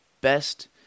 best